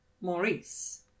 Maurice